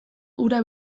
hura